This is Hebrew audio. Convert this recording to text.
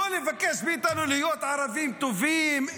לא לבקש מאיתנו להיות ערבים טובים,